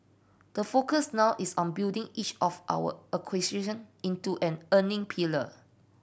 the focus now is on building each of our acquisition into an earning pillar